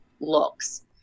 looks